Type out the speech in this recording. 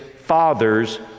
father's